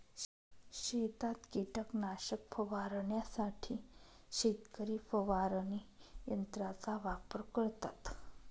शेतात कीटकनाशक फवारण्यासाठी शेतकरी फवारणी यंत्राचा वापर करतात